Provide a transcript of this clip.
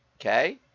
Okay